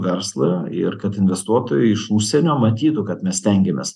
verslą ir kad investuotojai iš užsienio matytų kad mes stengiamės